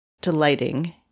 delighting